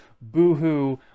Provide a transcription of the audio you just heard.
boohoo